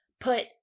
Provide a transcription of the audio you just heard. put